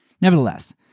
Nevertheless